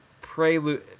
prelude